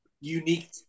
unique